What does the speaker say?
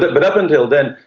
but but up until then,